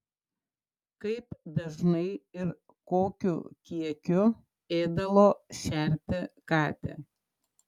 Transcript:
kaip dažnai ir kokiu kiekiu ėdalo šerti katę